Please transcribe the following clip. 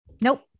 Nope